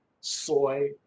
soy